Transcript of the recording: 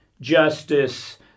justice